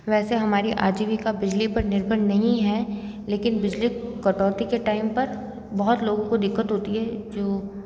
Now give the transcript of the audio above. वैसे हमारी आजीविका बिजली पर निर्भर नहीं है लेकिन बिजली कटौती के टाइम पर बहुत लोगों को दिक्कत होती है जो